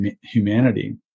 humanity